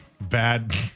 bad